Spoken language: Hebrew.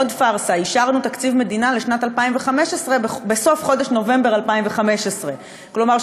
עוד פארסה: אישרנו תקציב מדינה לשנת 2015 בסוף חודש נובמבר 2015. כלומר,